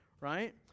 right